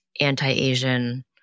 anti-Asian